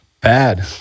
bad